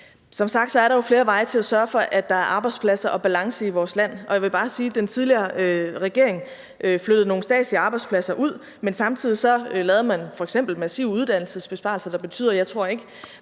Som sagt er der jo flere veje til at sørge for, at der er arbejdspladser og balance i vores land, og jeg vil bare sige, at den tidligere regering flyttede nogle statslige arbejdspladser ud, men samtidig lavede man f.eks. massive uddannelsesbesparelser, der betyder noget. Jeg tror ikke,